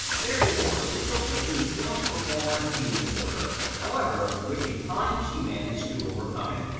their divorce resulted in the film performer's eating disorder. however, with the time she managed to overcome it.